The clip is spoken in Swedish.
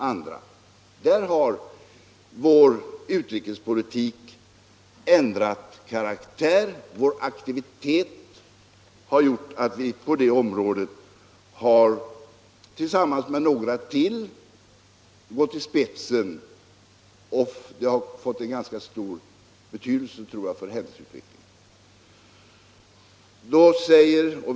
Genom denna biståndsverksamhet har vår utrikespolitik ändrat karaktär och vår aktivitet tillsammans med en del andra stater har fått en ganska stor betydelse för händelseutvecklingen.